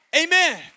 Amen